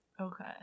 Okay